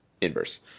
inverse